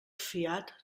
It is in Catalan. fiat